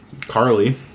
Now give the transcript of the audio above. Carly